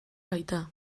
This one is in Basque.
baita